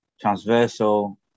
transversal